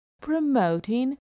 promoting